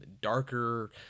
darker